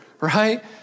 right